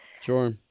Sure